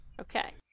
Okay